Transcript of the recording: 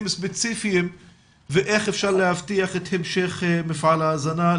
ספציפיים ואיך אפשר להבטיח את המשך מפעל ההזנה.